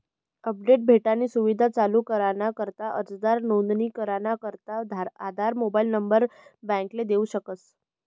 update भेटानी सुविधा चालू कराना करता अर्जदार नोंदणी कराना करता आधार मोबाईल नंबर बॅकले देऊ शकस